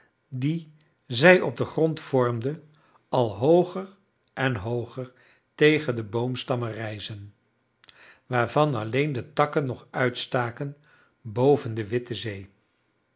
die zij op den grond vormde al hooger en hooger tegen de boomstammen rijzen waarvan alleen de takken nog uitstaken boven de witte zee